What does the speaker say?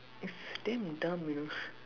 it's damn dumb you know